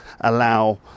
allow